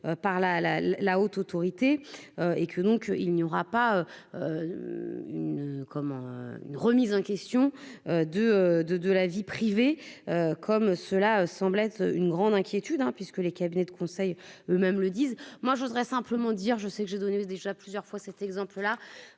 la la Haute autorité. Que donc il n'y aura pas une comment une remise en question. De de de la vie privée, comme cela semble être une grande inquiétude, hein, puisque les cabinets de conseil. Eux-mêmes le disent : moi je voudrais simplement dire : je sais que j'ai donné déjà plusieurs fois cet exemple là,